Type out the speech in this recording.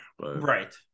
Right